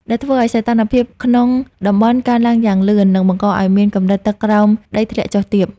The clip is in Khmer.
ដែលធ្វើឱ្យសីតុណ្ហភាពក្នុងតំបន់កើនឡើងយ៉ាងលឿន និងបង្កឱ្យកម្រិតទឹកក្រោមដីធ្លាក់ចុះទាប។